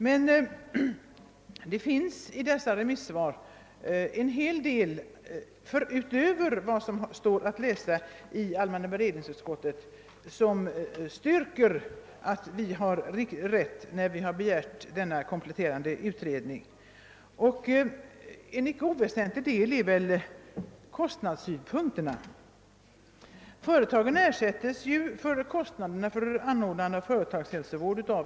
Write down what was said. Men det finns i dessa remissvar en hel del utöver vad som står att läsa i allmänna beredningsutskottets utlåtande och som styrker behovet av en kompletterande utredning. Icke oväsentliga är väl kostnadssynpunkterna. Företagen ersätts ju av riksförsäkringsverket för kostnaderna för anordnande av företagshälsovård.